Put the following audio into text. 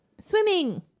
Swimming